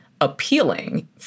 appealing